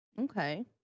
Okay